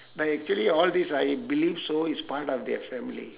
but actually all this I believe so it's part of their family